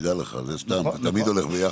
תדע לך, זה תמיד הולך ביחד.